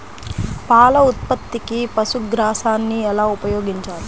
పాల ఉత్పత్తికి పశుగ్రాసాన్ని ఎలా ఉపయోగించాలి?